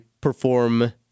perform